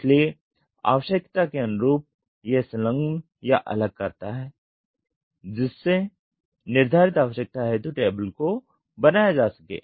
इसलिए आवश्यकता के अनुरूप वह संलग्न या अलग करता है जिससे निर्धारित आवश्यकता हेतु टेबल को बनाया जा सके